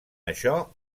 això